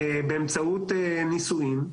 באמצעות נישואים,